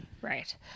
Right